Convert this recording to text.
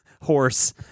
horse